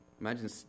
Imagine